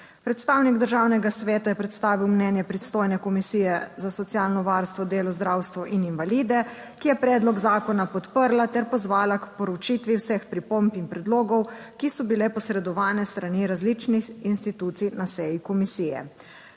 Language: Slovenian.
Predstavnik Državnega sveta je predstavil mnenje pristojne Komisije za socialno varstvo, delo, zdravstvo in invalide, ki je predlog zakona podprla ter pozvala k proučitvi vseh pripomb in predlogov, ki so bile posredovane s strani različnih institucij na seji komisije.